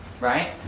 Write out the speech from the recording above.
right